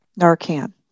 Narcan